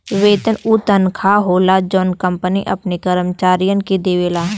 वेतन उ तनखा होला जौन कंपनी अपने कर्मचारियन के देवला